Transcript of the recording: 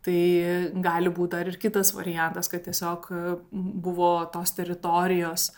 tai gali būt dar ir kitas variantas kad tiesiog buvo tos teritorijos